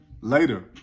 later